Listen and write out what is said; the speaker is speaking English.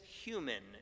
human